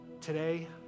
today